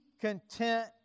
content